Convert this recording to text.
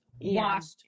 washed